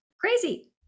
crazy